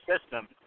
system